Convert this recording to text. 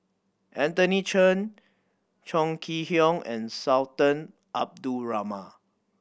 Anthony Chen Chong Kee Hiong and Sultan Abdul Rahman